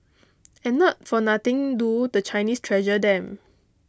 and not for nothing do the Chinese treasure them